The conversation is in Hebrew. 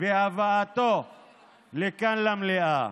והבאתו לכאן, למליאה.